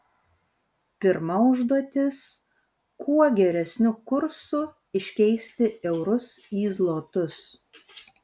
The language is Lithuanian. pirma užduotis kuo geresniu kursu iškeisti eurus į zlotus